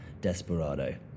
Desperado